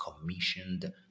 commissioned